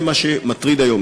זה מה שמטריד היום.